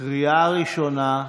בקריאה ראשונה,